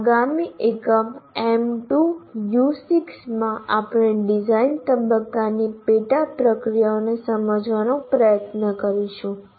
આગામી એકમ M2 U6 માં આપણે ડિઝાઇન તબક્કાની પેટા પ્રક્રિયાઓને સમજવાનો પ્રયત્ન કરીએ છીએ